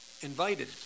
invited